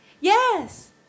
Yes